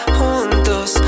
juntos